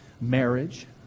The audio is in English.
marriage